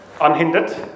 unhindered